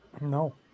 No